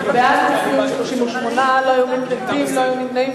בעד הצביעו 38, לא היו מתנגדים, לא היו נמנעים.